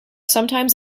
sometimes